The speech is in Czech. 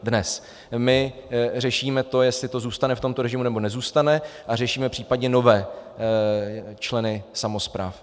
Dnes tu řešíme to, jestli to zůstane v tomto režimu, nebo nezůstane, a řešíme případně nové členy samospráv.